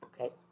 Okay